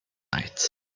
night